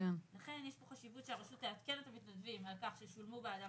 לכן יש פה חשיבות שהרשות תעדכן את המתנדבים על כך ששולמו בעדם